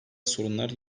sorunlar